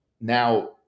now